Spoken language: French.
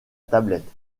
tablette